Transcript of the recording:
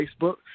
Facebook